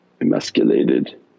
emasculated